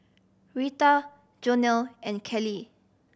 Rheta Jonell and Callie